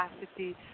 capacity